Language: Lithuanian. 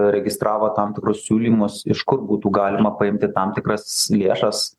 registravo tam tikrus siūlymus iš kur būtų galima paimti tam tikras lėšas